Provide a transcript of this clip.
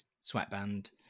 sweatband